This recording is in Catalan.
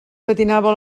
patinava